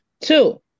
Two